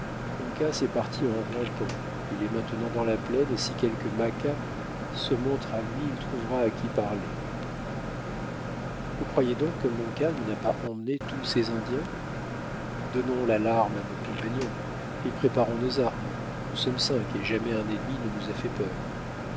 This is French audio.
bonnes uncas est parti en rampant il est maintenant dans la plaine et si quelque maqua se montre a lui il trouvera à qui parler vous croyez donc que montcalm n'a pas emmené tous ses indiens donnons l'alarme à nos compagnons et préparons nos armes nous sommes cinq et jamais un ennemi ne nous a fait peur